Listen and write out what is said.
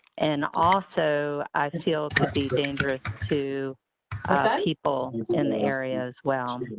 and also i feel could be dangerous to people in the area as well.